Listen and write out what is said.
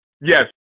Yes